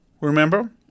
Remember